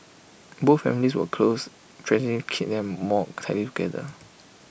both families were close tragedy knit them more tightly together